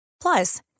Plus